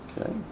Okay